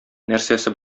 нәрсәсе